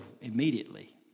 immediately